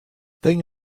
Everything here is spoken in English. thing